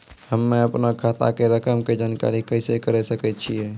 हम्मे अपनो खाता के रकम के जानकारी कैसे करे सकय छियै?